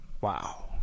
Wow